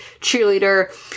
cheerleader